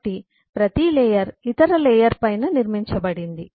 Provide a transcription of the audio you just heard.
కాబట్టి ప్రతి లేయర్ ఇతర లేయర్ పైన నిర్మించబడింది